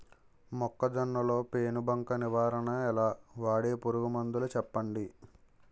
మొక్కజొన్న లో పెను బంక నివారణ ఎలా? వాడే పురుగు మందులు చెప్పండి?